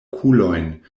okulojn